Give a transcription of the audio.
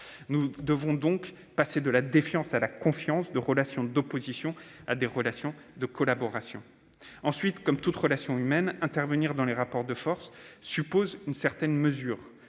Nous devons passer de la défiance à la confiance, de relations d'opposition à des relations de collaboration. Ensuite, comme pour toutes relations humaines, intervenir dans les rapports de force suppose une certaine mesure.